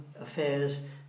affairs